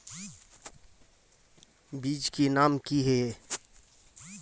बीज के नाम की हिये?